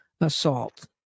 assault